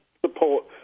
support –